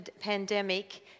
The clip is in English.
pandemic